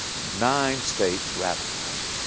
nine states ratified